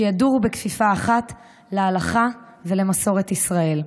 שידורו בכפיפה אחת עם ההלכה ועם מסורת ישראל.